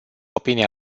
opinia